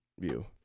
view